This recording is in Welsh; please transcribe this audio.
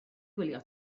gwylio